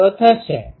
37N1d૦ થશે